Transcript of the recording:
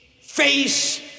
face